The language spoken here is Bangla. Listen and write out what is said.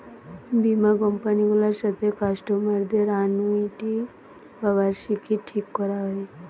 বীমা কোম্পানি গুলার সাথে কাস্টমারদের অ্যানুইটি বা বার্ষিকী ঠিক কোরা হয়